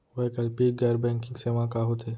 वैकल्पिक गैर बैंकिंग सेवा का होथे?